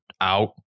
out